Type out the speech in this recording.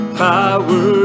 power